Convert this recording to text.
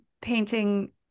painting